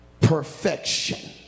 Perfection